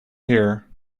hear